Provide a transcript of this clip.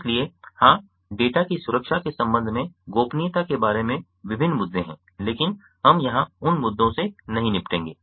इसलिए हाँ डेटा की सुरक्षा के संबंध में गोपनीयता के बारे में विभिन्न मुद्दे हैं लेकिन हम यहाँ उन मुद्दों से नहीं निपटेंगे